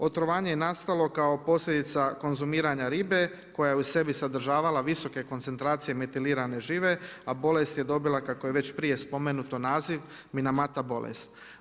Otrovanje je nastalo kao posljedica konzumiranja ribe koja je u sebi sadržavala visoke koncentracije metilirane žive a bolest je dobila kako je već prije spomenuto naziv minamata bolest.